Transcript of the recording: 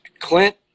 Clint